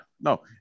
No